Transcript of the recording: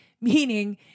meaning